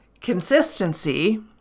consistency